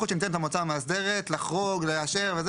סייג למינוי של חבר המועצה המאסדרת 8ד. לא ימונה לחבר המועצה המאסדרת מי